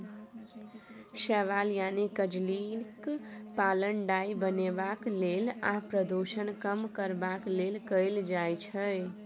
शैबाल यानी कजलीक पालन डाय बनेबा लेल आ प्रदुषण कम करबाक लेल कएल जाइ छै